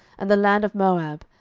and the land of moab,